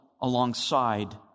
alongside